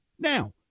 Now